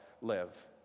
live